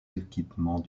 équipements